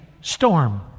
storm